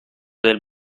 del